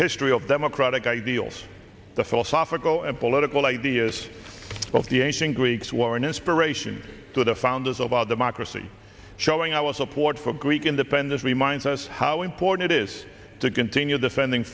history of democratic ideals the philosophical and political ideas of the ancient greeks were an inspiration to the founders of our democracy showing our support for greek independence reminds us how important is to continue defending